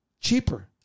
cheaper